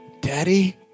Daddy